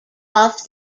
off